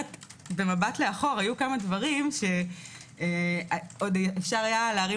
במבט לאחור היו כמה דברים שעוד אפשר היה להרים